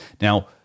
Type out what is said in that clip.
Now